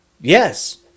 Yes